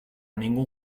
ningún